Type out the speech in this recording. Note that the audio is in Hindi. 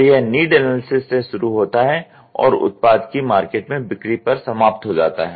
तो यह नीड एनालिसिस से शुरू होता है और उत्पाद की मार्केट में बिक्री पर समाप्त हो जाता है